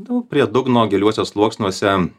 nu prie dugno giliuosiuos sluoksniuose